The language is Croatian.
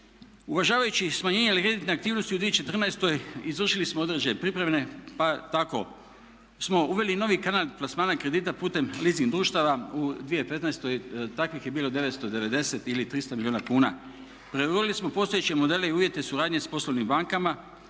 Uvažavajući smanjenje …/Govornik se ne razumije./… aktivnosti u 2014.izvršili smo određene pripreme pa tako smo uvali i novi kanal plasmana kredita putem leasing društava, u 2015.takvih je bilo 990 ili 300 milijuna kuna. …/Govornik se ne razumije./… postojeće modele i uvjete suradnje sa poslovnim bankama,